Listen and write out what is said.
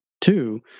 two